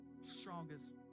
Strongest